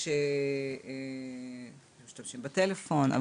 יש שמשתמשים בטלפון.